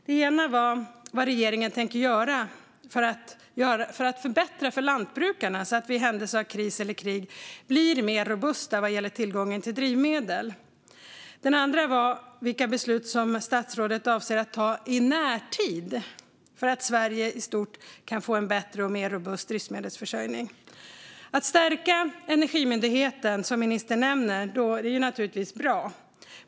Den ena var vad regeringen tänker göra för att förbättra för lantbrukarna så att vi i händelse av kris eller krig blir mer robusta vad gäller tillgången till drivmedel. Den andra var vilka beslut statsrådet avser att ta i närtid för att Sverige i stort ska kunna få en bättre och mer robust drivmedelsförsörjning. Att stärka Energimyndigheten, som ministern nämner, är naturligtvis bra.